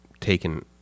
taken